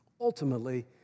Ultimately